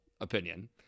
opinion